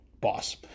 boss